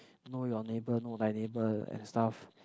know your neighbour know thy neighbour and stuff